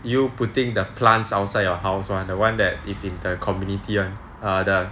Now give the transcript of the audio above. you putting the plants outside your house one of the one that is in the community one err the